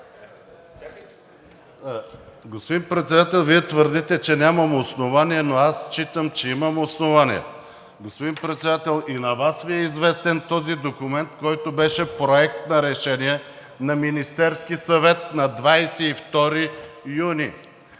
Господин Председател, Вие твърдите, че нямам основание, но аз считам, че имам основание. Господин Председател, и на Вас Ви е известен този документ, който беше Проект на решение на Министерския съвет на 22 юни